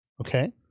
okay